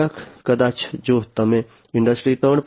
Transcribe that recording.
કેટલાક કદાચ જો તમે ઇન્ડસ્ટ્રી 3